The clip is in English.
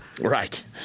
Right